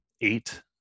eight